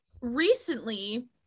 Recently